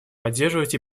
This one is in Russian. поддерживать